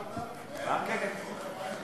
כבוד השר,